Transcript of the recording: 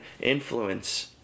influence